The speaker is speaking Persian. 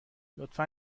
لطفا